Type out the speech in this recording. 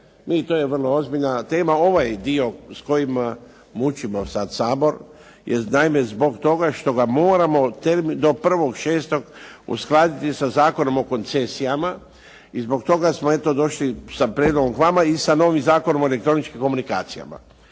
to je vrlo ozbiljna tema. Ovaj dio s kojim mučimo sad Sabor je naime zbog toga što ga moramo do 1.6. uskladiti sa Zakonom o koncesijama i zbog toga smo eto došli sa prijedlogom k vama i sa novim Zakonom o elektroničkim komunikacijama.